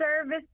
service